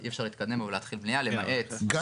אי אפשר להתקדם בו ולהתחיל בנייה למעט --- גם